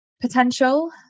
potential